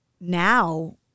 now